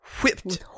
Whipped